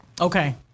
Okay